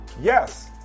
Yes